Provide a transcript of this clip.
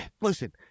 listen